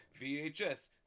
vhs